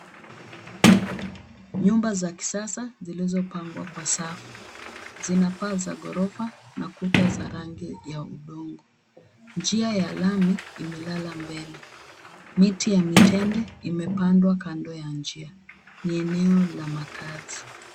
Nyumba za kisasa zilizopangwa kwa safu. Zina paa za ghorofa na kuta za rangi ya udongo. Njia ya lami imelala mbele. Miti ya mitende imepandwa kando ya njia. Ni eneo la makazi.